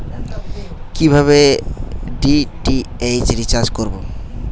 কিভাবে DTH recharge করব?